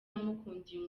yamukundiye